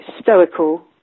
stoical